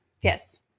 Yes